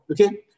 okay